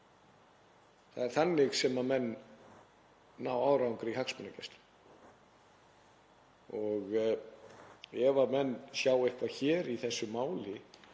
Það er þannig sem menn ná árangri í hagsmunagæslu. Ef menn sjá eitthvað hér í þessu máli